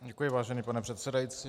Děkuji, vážený pane předsedající.